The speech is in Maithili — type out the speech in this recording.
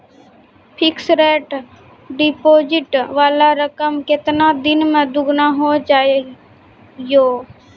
फिक्स्ड डिपोजिट वाला रकम केतना दिन मे दुगूना हो जाएत यो?